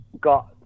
got